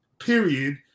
period